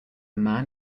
man